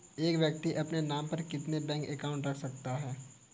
एक व्यक्ति अपने नाम पर कितने बैंक अकाउंट रख सकता है?